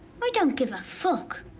i don't give a fuck.